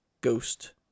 ghost